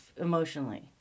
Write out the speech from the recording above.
emotionally